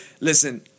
listen